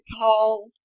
tall